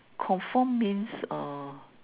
confirm means uh